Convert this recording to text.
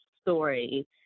story